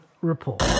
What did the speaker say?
report